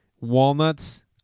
Walnuts